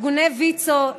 ארגוני ויצ"ו,